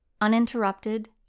uninterrupted